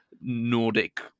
nordic